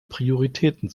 prioritäten